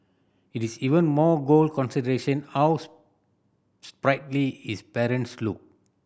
it is even more gold consideration how sprightly his parents look